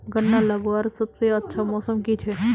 गन्ना लगवार सबसे अच्छा मौसम की छे?